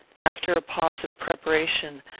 after a pause of preparation,